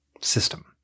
system